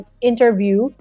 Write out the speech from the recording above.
interview